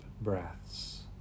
breaths